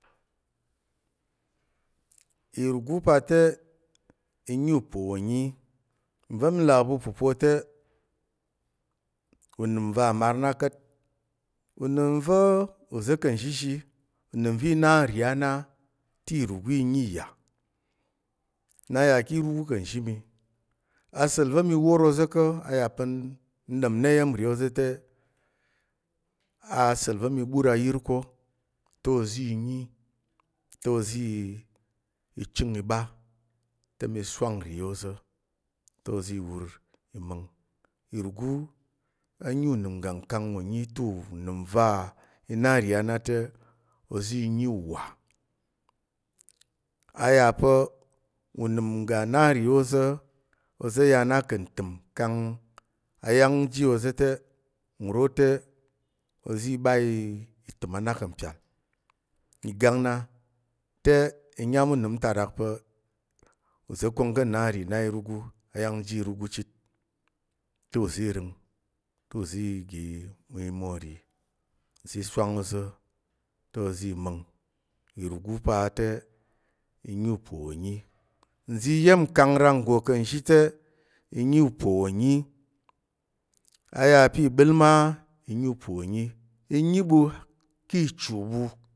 Irugu pa te i nyi upo wò nyi nva̱ mi là pa̱ upupo te unəm va mar na ka̱t. unəm va̱ uza̱ ka̱ nzhizhi, unəm va̱ ka̱ nna nri a na ti irugu i nyi iya. Na nyà ki irugu ka̱ nzhi mi asa̱l va̱ mi wor oza̱ ka̱ a yà n ɗom nna iya̱m nri ôza̱ te, asa̱l va̱ mi ɓur ayir ka̱ te oza̱ i nyi te oza̱ i chəng i ɓa, te mi swang nri ôza̱ te i wur i ma̱ng. Irugu a nyi unəm uga nkang wo nyi te unəm va i na nri a na te ozi nyi u wa. A yà pa̱ unəm uga nna nri ôza̱, oza̱ ya na ka̱ ntəm kang ayang ji oza̱ te nro te oza̱ i ɓa i təm a na ka̱ mpyal i gang na. Te i nyám unəm a ta rak pa̱ uza̱ kong ka̱ nna nri na îrugu ayang ji irugu chit ta̱ uzi irəng ta̱ uzi igi mwo nri uzi i swang ôza̱ te oza̱ i ma̱ng. Irugu pa te i nyi upo wo nyi. Nza̱ iya̱m kang rang nggo ka̱ nzhi te i nyi upo wo nyi. A yà pi iɓəl ma i nyi upo wo nyi, i nyi ɓu ki ichu ɓu